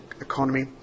economy